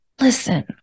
Listen